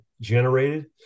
generated